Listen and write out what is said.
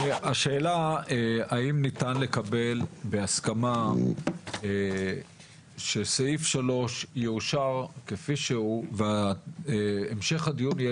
השאלה האם ניתן לקבל בהסכמה שסעיף 3 יאושר כפי שהוא והמשך הדיון יהיה